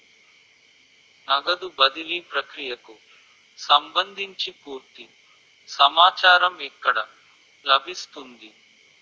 నగదు బదిలీ ప్రక్రియకు సంభందించి పూర్తి సమాచారం ఎక్కడ లభిస్తుంది?